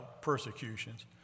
persecutions